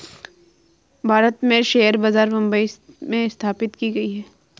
भारत में शेयर बाजार मुम्बई में स्थापित की गयी है